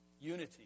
Unity